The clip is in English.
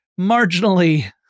marginally